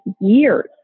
years